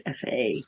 FA